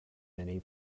many